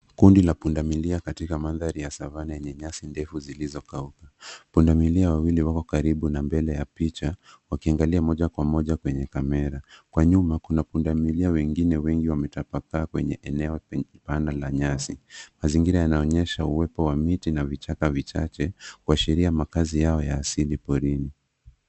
Kundi la pundamilia katika mandhari ya savana yenye nyasi ndefu zilizokauka. Pundamilia wawili wako karibu na mbele ya picha wakiangalia moja kwa moja kwenye kamera. Kwa nyuma, kuna pundamilia wengine wengi wametapakaa kwenye eneo pana la nyasi. Mazingira yanaonyesha uwepo wa miti na vichaka vichache kuashiria makazi yao ya asili porini.